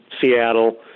Seattle